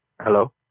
Hello